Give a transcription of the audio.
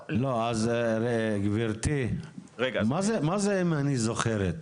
לא, אז גברתי, מה זה אם אני זוכרת?